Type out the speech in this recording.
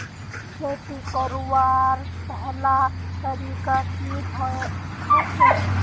खेती करवार पहला तरीका की होचए?